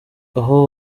aho